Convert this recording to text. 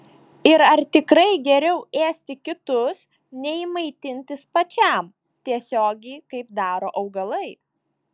ir ar tikrai geriau ėsti kitus nei maitintis pačiam tiesiogiai kaip daro augalai